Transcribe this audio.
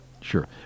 sure